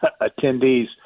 attendees